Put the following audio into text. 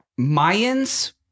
Mayans